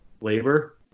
Labor